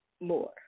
more